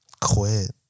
Quit